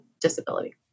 disability